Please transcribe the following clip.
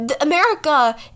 America